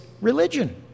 religion